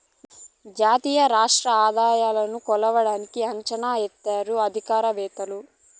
జాతీయ రాష్ట్ర ఆదాయాలను కొలవడానికి అంచనా ఎత్తారు ఆర్థికవేత్తలు